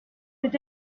peut